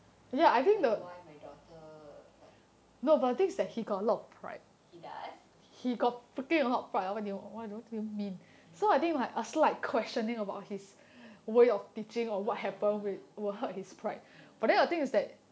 like why my daughter like he does okay